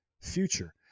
future